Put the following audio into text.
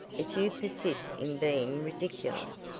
if you persist in being ridiculous,